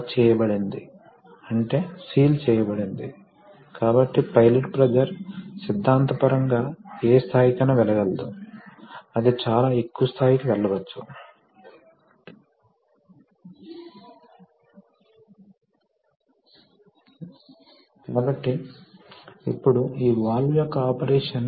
Refer Slide time 1604 కాబట్టి మీకు చిన్న డాష్లలో చూపబడిన డ్రైన్ లైన్స్ కూడా ఉన్నాయి కాబట్టి ఇవి సాధారణంగా హైడ్రాలిక్ సిస్టమ్ లో ద్రవం ప్రవహించే మూడు రకాల లైన్స్